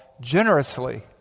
generously